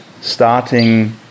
starting